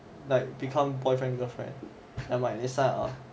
like become boyfriend girlfriend and might